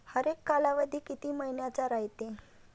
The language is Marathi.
हरेक कालावधी किती मइन्याचा रायते?